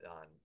on